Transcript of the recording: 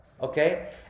Okay